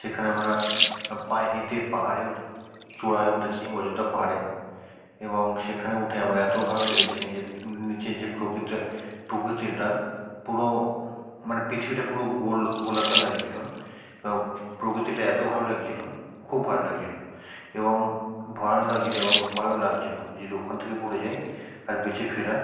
সেখানে আমরা পায়ে হেঁটে পাহাড়ের চূড়ায় উঠেছি অযোধ্যা পাহাড়ে এবং সেখানে উঠে আমার এত ভালো লেগেছে যে নীচের যে প্রকৃতিটা পুরো মানে পৃথিবীটা পুরো গোল গোলাকার লাগছিল এবং প্রকৃতিটা এত ভালো লাগছিল খুব ভাল লাগছিল এবং ভালো লাগছিল এবং ভয়ও লাগছিল যদি ওখান থেকে পড়ে যাই আর বেঁচে ফেরা